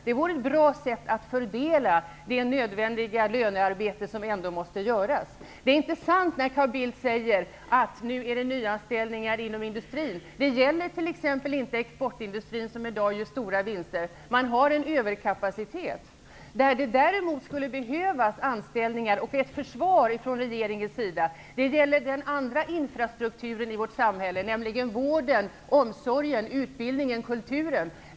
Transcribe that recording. Det vore ett bra sätt att fördela det nödvändiga lönearbete som måste göras. Det är inte sant när Carl Bildt säger att nu gäller det nyanställningar inom industrin. Det gäller t.ex. inte exportindustrin som i dag gör stora vinster. Man har en överkapacitet. Däremot skulle det behövas anställningar och ett försvar från regeringen när det gäller den andra infrastrukturen i vårt samhälle, nämligen vården, omsorgen, utbildningen och kulturen.